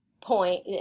point